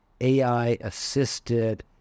AI-assisted